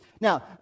Now